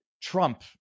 Trump